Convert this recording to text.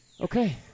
Okay